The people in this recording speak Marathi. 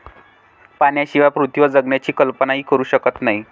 पाण्याशिवाय पृथ्वीवर जगण्याची कल्पनाही करू शकत नाही